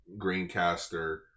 Greencaster